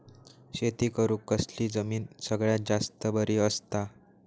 शेती करुक कसली जमीन सगळ्यात जास्त बरी असता?